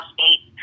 State